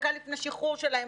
דקה לפני שחרור שלהן,